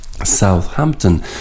Southampton